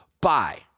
Bye